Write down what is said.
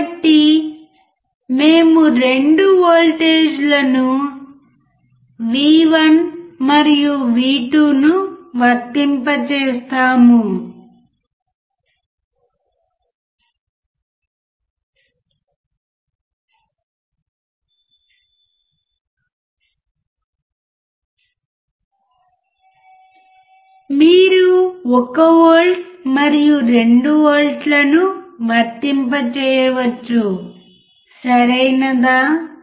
కాబట్టి మేము 2 వోల్టేజ్లను V1 మరియు V2 ను వర్తింపజేస్తాము మీరు 1 వోల్ట్లు మరియు 2 వోల్ట్లను వర్తింప చేయవచ్చు సరియైనదా